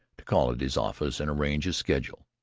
to call at his office and arrange his schedule.